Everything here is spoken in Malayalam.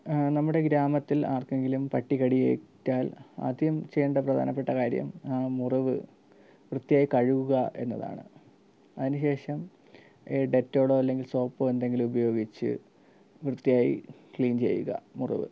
നമ്മുടെ ഗ്രാമത്തിൽ ആർക്കെങ്കിലും പട്ടി കടിയേറ്റാൽ ആദ്യം ചെയ്യേണ്ട പ്രധാനപ്പെട്ട കാര്യം മുറിവ് വൃത്തിയായി കഴുകുക എന്നതാണ് അതിന് ശേഷം ഡെറ്റോളോ അല്ലെങ്കിൽ സോപ്പോ എന്തെങ്കിലും ഉപയോഗിച്ച് വൃത്തിയായി ക്ളീൻ ചെയ്യുക മുറിവ്